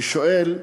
אני שואל,